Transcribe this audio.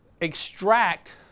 extract